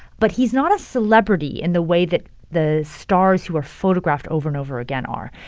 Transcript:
but he's not a celebrity in the way that the stars who are photographed over and over again are.